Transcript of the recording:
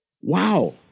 wow